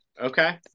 okay